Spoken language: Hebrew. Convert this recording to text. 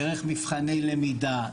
דרך מבחני למידה,